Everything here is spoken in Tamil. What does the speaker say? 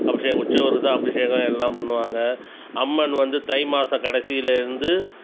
அபிஷேகம் உட்சவருக்கு தான் அபிஷேகம் எல்லாம் பண்ணுவாங்க அம்மன் வந்து தை மாத கடைசியிலேருந்து